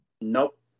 nope